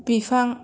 बिफां